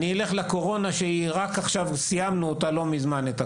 אני אלך אל הקורונה, שרק לא מזמן סיימנו אותה.